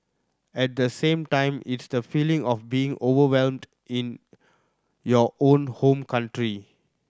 at the same time it's the feeling of being overwhelmed in your own home country